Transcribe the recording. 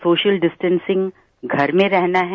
social distancing घर में रहना है